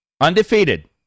Undefeated